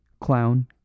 Clown